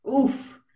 Oof